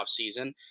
offseason